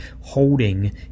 holding